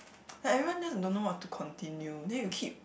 like everyone just don't know what to continue then you keep